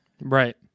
right